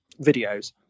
videos